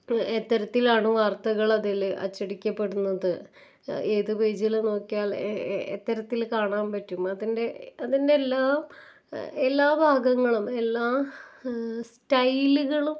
എത്തരത്തിലാണോ വാർത്തകൾ അതിൽ അച്ചടിക്കപ്പെടുന്നത് ഏതു പേജിൽ നോക്കിയാൽ എത്തരത്തിൽ കാണാൻ പറ്റും അതിൻ്റെ അതിൻ്റെ എല്ലാ എല്ലാ ഭാഗങ്ങളും എല്ലാ സ്റ്റൈലുകളും